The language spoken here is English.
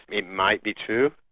it might be true,